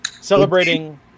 Celebrating